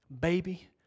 baby